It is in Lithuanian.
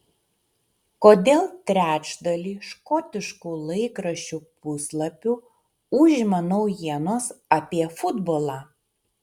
kodėl trečdalį škotiškų laikraščių puslapių užima naujienos apie futbolą